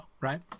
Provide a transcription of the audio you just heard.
right